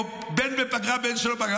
בין בפגרה ובין שלא בפגרה.